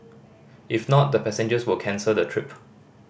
if not the passengers will cancel the trip